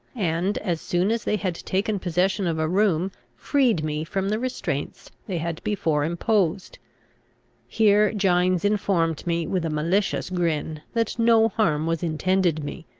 and, as soon as they had taken possession of a room freed me from the restraints they had before imposed here gines informed me with a malicious grin that no harm was intended me,